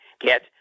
get